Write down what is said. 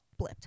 blipped